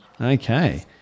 Okay